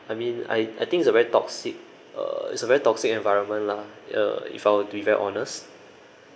I mean I I think it's a very toxic uh it's a very toxic environment lah uh if I were to be very honest